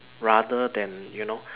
rather than you know